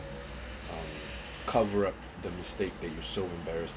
um cover up the mistake that you so embarrassed